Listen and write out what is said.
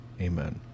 Amen